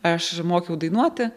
aš mokiau dainuoti